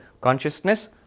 consciousness